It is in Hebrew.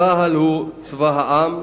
צה"ל הוא צבא העם,